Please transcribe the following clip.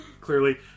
clearly